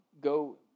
Go